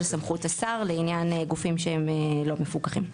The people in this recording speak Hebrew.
סמכות השר לעניין גופים שהם לא מפוקחים.